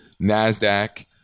NASDAQ